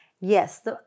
Yes